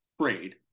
trade